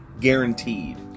guaranteed